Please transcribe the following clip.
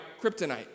kryptonite